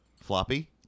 Floppy